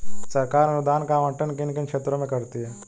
सरकार अनुदान का आवंटन किन किन क्षेत्रों में करती है?